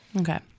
Okay